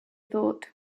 thought